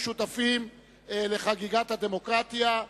לפחות תצביעו, לפחות נגד החוק הרע הזה של המים.